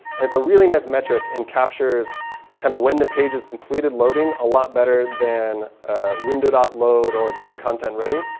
it's a really nice metric and captures kind of when the page has completed loading a lot better than window load or dom content ready.